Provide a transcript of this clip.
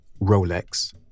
Rolex